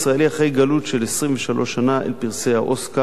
אחרי גלות של 23 שנה אל פרסי האוסקר,